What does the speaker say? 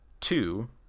two